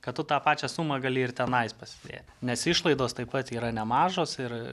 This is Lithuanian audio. kad tu tą pačią sumą gali ir tenais pasidėti nes išlaidos taip pat yra nemažos ir